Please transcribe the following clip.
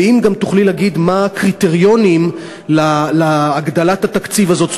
ואם גם תוכלי להגיד מה הקריטריונים להגדלת התקציב הזאת,